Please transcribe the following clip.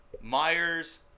Myers